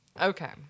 Okay